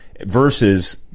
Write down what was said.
versus